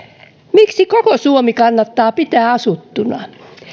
miksi koko suomi kannattaa pitää asuttuna